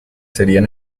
serían